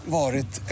varit